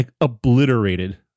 obliterated